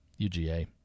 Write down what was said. UGA